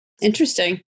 Interesting